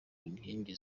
nkingi